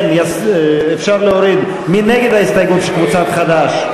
מי נגד ההסתייגות של קבוצת חד"ש?